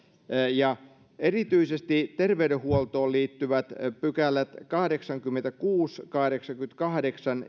ja erityisesti terveydenhuoltoon liittyvät kahdeksankymmentäkuusi ja kahdeksankymmentäkahdeksan